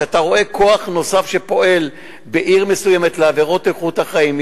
כשאתה רואה כוח נוסף שפועל בעיר מסוימת בעבירות איכות החיים,